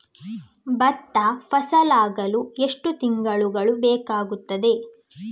ಭತ್ತ ಫಸಲಾಗಳು ಎಷ್ಟು ತಿಂಗಳುಗಳು ಬೇಕಾಗುತ್ತದೆ?